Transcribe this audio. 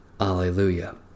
Alleluia